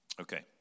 Okay